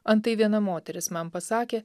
antai viena moteris man pasakė